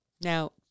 Now